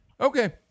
Okay